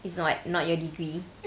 it's not not your degree